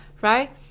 right